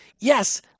Yes